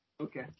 Okay